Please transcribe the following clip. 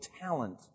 talent